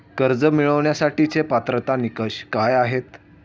कर्ज मिळवण्यासाठीचे पात्रता निकष काय आहेत?